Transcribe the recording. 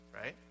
right